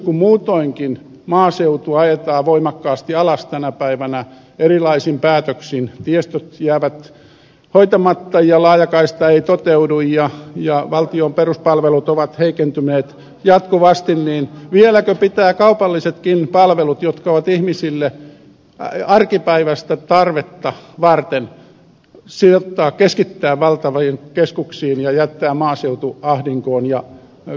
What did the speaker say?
kun muutoinkin maaseutua ajetaan voimakkaasti alas tänä päivänä erilaisin päätöksin tiestöt jäävät hoitamatta ja laajakaista ei toteudu ja valtion peruspalvelut ovat heikentyneet jatkuvasti niin vieläkö pitää kaupallisetkin palvelut jotka ovat ihmisille arkipäiväistä tarvetta varten keskittää valtaviin keskuksiin ja jättää maaseutu ahdinkoon ja kuolemaan